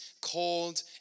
cold